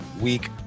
week